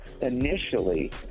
Initially